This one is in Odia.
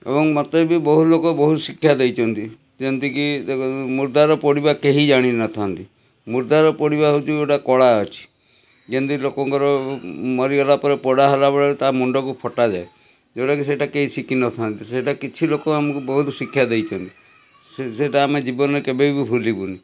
ଏବଂ ମୋତେ ବି ବହୁତ ଲୋକ ବହୁତ ଶିକ୍ଷା ଦେଇଛନ୍ତି ଯେମିତିକି ଦେଖନ୍ତୁ ମୁର୍ଦ୍ଦାର ପୋଡ଼ିବା କେହି ଜାଣି ନ ଥାନ୍ତି ମୁର୍ଦ୍ଦାର ପୋଡ଼ିବା ହେଉଛି ଗୋଟେ କଳା ଅଛି ଯେମିତି ଲୋକଙ୍କର ମରିଗଲା ପରେ ପୋଡ଼ାହେଲା ବେଳେ ତା' ମୁଣ୍ଡକୁ ଫଟାଯାଏ ଯେଉଁଟାକି ସେଇଟା କେହି ଶିଖି ନ ଥାନ୍ତି ସେଇଟା କିଛି ଲୋକ ଆମକୁ ବହୁତ ଶିକ୍ଷା ଦେଇଛନ୍ତି ସେଇଟା ଆମେ ଜୀବନରେ କେବେ ବି ଭୁଲିବୁନି